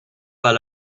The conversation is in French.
pas